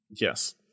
Yes